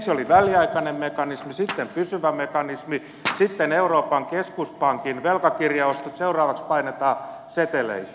ensin oli väliaikainen mekanismi sitten pysyvä mekanismi sitten euroopan keskuspankin velkakirjaostot seuraavaksi painetaan seteleitä